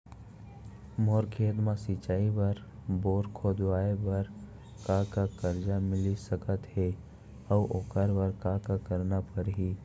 मोर खेत म सिंचाई बर बोर खोदवाये बर का का करजा मिलिस सकत हे अऊ ओखर बर का का करना परही?